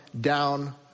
down